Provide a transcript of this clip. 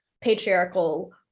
patriarchal